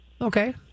Okay